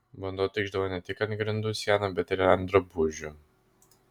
vanduo tikšdavo ne tik ant grindų sienų bet ir ant drabužių